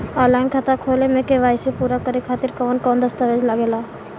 Online खाता खोले में के.वाइ.सी पूरा करे खातिर कवन कवन दस्तावेज लागे ला?